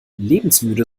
lebensmüde